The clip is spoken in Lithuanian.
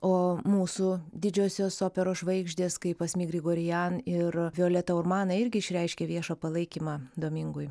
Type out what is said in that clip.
o mūsų didžiosios operos žvaigždės kaip asmik grigorian ir violeta urmana irgi išreiškė viešą palaikymą domingui